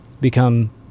become